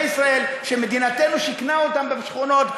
ישראל שמדינתנו שיכנה אותם בשכונות,